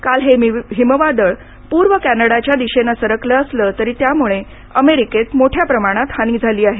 काल हे हिमवादळ पूर्व कॅनडाच्या दिशेनं सरकलं असलं तरी त्यामुळे अमेरिकेत मोठ्या प्रमाणात हानी झाली आहे